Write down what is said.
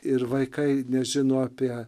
ir vaikai nežino apie